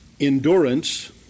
endurance